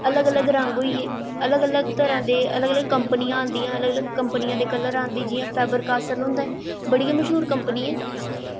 अलग अलग रंग होई गे अलग अलग तरहां दे कंपनियां होंदियां अलग अलग कंपनियें दे कलर होंदे जि'यां फाईबर कासल होंदी बड़ी गै मशहूर कंपनी ऐ